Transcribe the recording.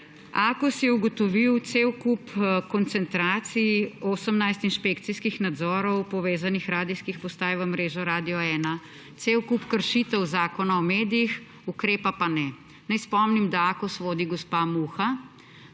Akos je ugotovil cel kup koncentracij, 18 inšpekcijskih nadzorov radijskih postaj, povezanih v mrežo Radio 1, cel kup kršitev Zakona o medijih, ukrepa pa ne. Naj spomnim, da Akos vodi gospa Muha,